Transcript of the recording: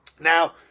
Now